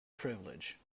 privilege